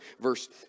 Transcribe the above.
Verse